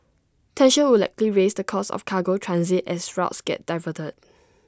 tensions would likely raise the cost of cargo transit as routes get diverted